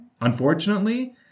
unfortunately